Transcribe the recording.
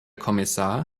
kommissar